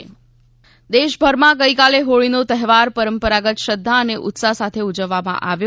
ગુજરાત હોળી દેશભરમાં ગઈકાલે હોળીનો તહેવાર પરંપરાગત શ્રધ્ધા અને ઉત્સાહ સાથે ઉજવવામાં આવ્યો